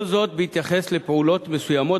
כל זאת בהתייחס לפעולות מסוימות,